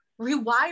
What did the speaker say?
rewire